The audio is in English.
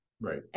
right